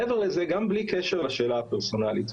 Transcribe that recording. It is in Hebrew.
מעבר לזה, גם בלי קשר לשאלה הפרסונלית.